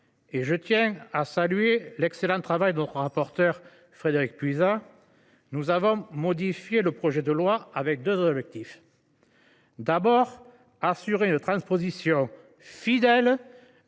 et je tiens à saluer l’excellent travail de notre rapporteur Frédérique Puissat –, nous avons modifié le projet de loi avec deux objectifs : d’une part, assurer une transposition fidèle